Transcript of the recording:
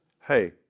hey